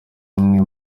umwe